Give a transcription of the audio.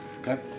Okay